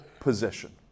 position